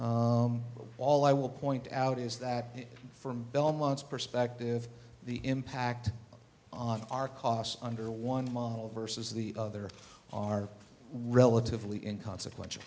all i will point out is that from belmont's perspective the impact on our cost under one model versus the other are relatively in consequential